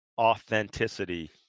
authenticity